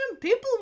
People